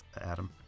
Adam